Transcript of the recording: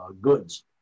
goods